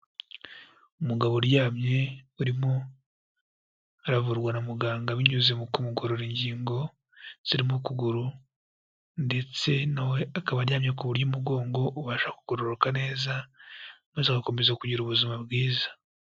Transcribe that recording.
Umugabo uryamye urimo aravurwa na muganga binyuze mu kumugorora ingingo zirimo kuguru, ndetse na we akaba aryamye ku buryo umugongo ubasha kugororoka neza, maze agakomeza kugira ubuzima bwiza.